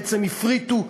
בעצם הפריטו,